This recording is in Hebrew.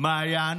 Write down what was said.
מעיין